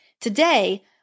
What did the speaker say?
Today